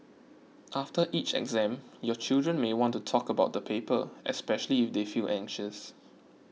after each exam your children may want to talk about the paper especially if they feel anxious